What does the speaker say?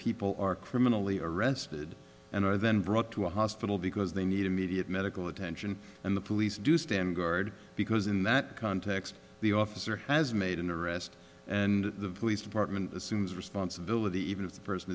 people are criminally arrested and are then brought to a hospital because they need immediate medical attention and the police do stand guard because in that context the officer has made an arrest and the police department assumes responsibility even if the person